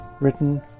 written